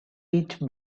each